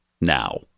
Now